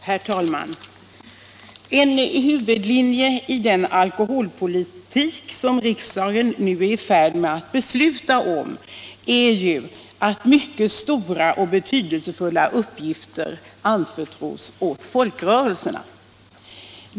Herr talman! En huvudlinje i den alkoholpolitik som riksdagen nu är i färd med att besluta om är ju, att mycket stora och betydelsefulla uppgifter anförtros åt folkrörelserna.